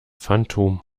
phantom